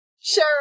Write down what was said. Sure